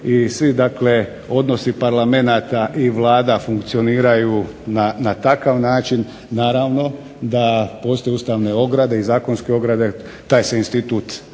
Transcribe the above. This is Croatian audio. dakle odnosi parlamenata i vlada funkcioniraju na takav način. Naravno da postoje ustavne ograde i zakonske ograde, taj se institut